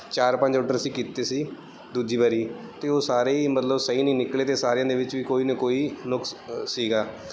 ਚਾਰ ਪੰਜ ਆਰਡਰ ਅਸੀਂ ਕੀਤੇ ਸੀ ਦੂਜੀ ਵਾਰੀ ਅਤੇ ਉਹ ਸਾਰੇ ਹੀ ਮਤਲਬ ਸਹੀ ਨਹੀਂ ਨਿਕਲੇ ਅਤੇ ਸਾਰਿਆਂ ਦੇ ਵਿੱਚ ਵੀ ਕੋਈ ਨਾ ਕੋਈ ਨੁਕਸ ਸੀਗਾ